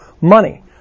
money